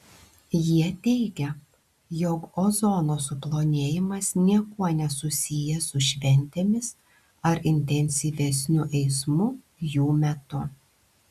jie teigia jog ozono suplonėjimas niekuo nesusijęs su šventėmis ar intensyvesniu eismu jų metu